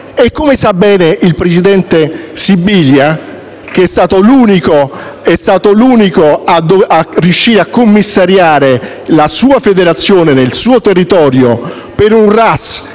e lo sa bene il presidente Sibilia che è stato l'unico che è riuscito a commissariare la sua federazione, nel suo territorio, per un